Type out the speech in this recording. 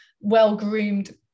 well-groomed